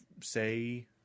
say